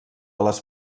les